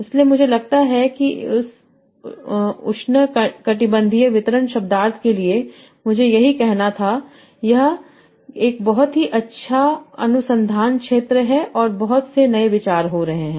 इसलिए मुझे लगता है कि इस उष्णकटिबंधीय वितरण शब्दार्थ के लिए मुझे यही कहना था यह एक बहुत ही अच्छा अनुसंधान क्षेत्र है और बहुत से नए विचार हो रहे हैं